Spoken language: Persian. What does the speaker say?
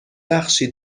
بخشی